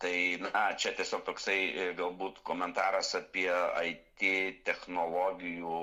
tai na čia tiesiog toksai galbūt komentaras apie it technologijų